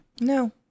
No